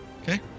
Okay